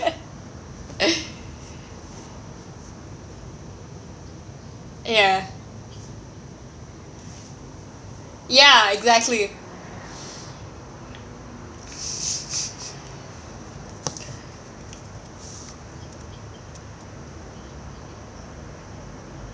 ya ya exactly